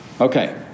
Okay